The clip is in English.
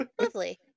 lovely